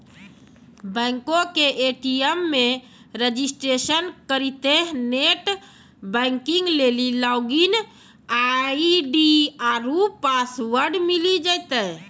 बैंको के ए.टी.एम मे रजिस्ट्रेशन करितेंह नेट बैंकिग लेली लागिन आई.डी आरु पासवर्ड मिली जैतै